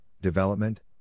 development